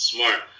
Smart